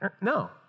No